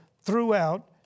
throughout